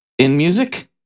InMusic